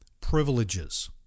privileges